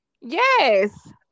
yes